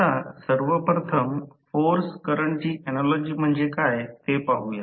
आपण सर्वप्रथम फोर्स करंटची ऍनालॉजी म्हणजे काय ते पाहूया